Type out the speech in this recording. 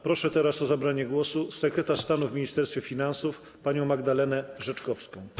Proszę teraz o zabranie głosu sekretarz stanu w Ministerstwie Finansów panią Magdalenę Rzeczkowską.